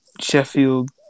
Sheffield